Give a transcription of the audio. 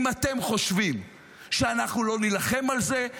אם אתם חושבים שאנחנו לא נילחם על זה,